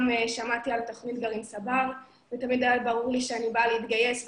שמעתי על תוכנית גרעין "צבר" ותמיד היה ברור לי שאני באה להתגייס,